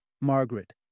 Margaret